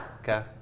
okay